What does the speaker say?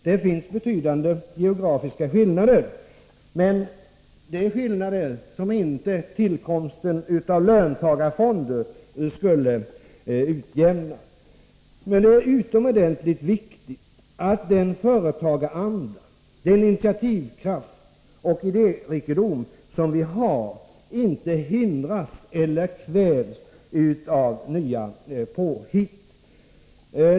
Det finns betydande geografiska skillnader, men det är skillnader som inte tillkomsten avlöntagarfonder kommer att utjämna. Men det är utomordentligt viktigt att den företagaranda, den initiativkraft och den idérikedom som vi har inte hindras eller kvävs av nya påhitt.